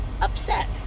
Upset